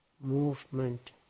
movement